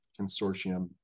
Consortium